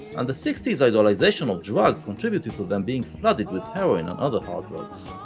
and the sixties idolization of drugs contributed to them being flooded with heroin and other hard drugs.